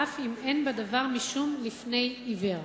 ואף אם אין בדבר משום לפני עיוור.